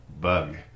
bug